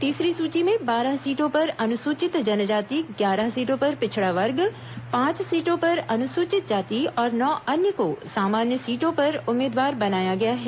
तीसरी सूची में बारह सीटों पर अनुसूचित जनजाति ग्यारह सीटों पर पिछड़ा वर्ग पांच सीटों पर अनुसूचित जाति और नौ अन्य को सामान्य सीटों पर उम्मीदवार बनाया गया है